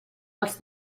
els